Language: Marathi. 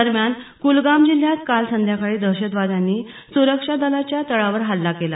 दरम्यान कुलगाम जिल्ह्यात काल संध्याकाळी दहशतवाद्यांनी सुरक्षा दलांच्या तळावर हल्ला केला